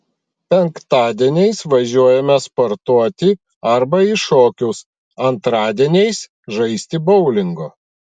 penktadieniais važiuojame sportuoti arba į šokius antradieniais žaisti boulingo